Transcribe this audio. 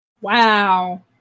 wow